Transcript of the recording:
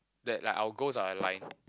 that like our goals are aligned